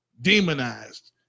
demonized